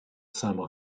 summer